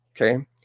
Okay